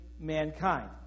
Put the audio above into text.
mankind